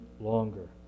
longer